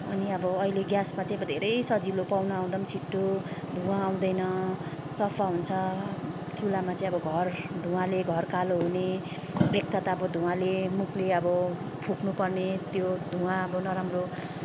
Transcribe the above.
अनि अब अहिले ग्यासमा चाहिँ अब धेरै सजिलो पाहुना आउँदा पनि छिट्टो धुवा आउँदैन सफा हुन्छ चुलामा चाहिँ अब घर धुवाले घर कालो हुने एक त अब धुवाले मुखले अब फुक्नुपर्ने त्यो धुवा अब नराम्रो